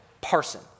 parson